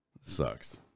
Sucks